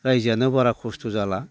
रायजो जानो बारा खस्थ' जाला